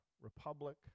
republic